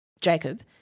Jacob